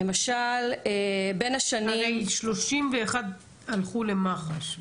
הרי 31 הלכו למח"ש.